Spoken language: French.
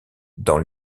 dans